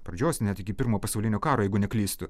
pradžios net iki pirmo pasaulinio karo jeigu neklystu